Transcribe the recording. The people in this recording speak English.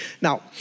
Now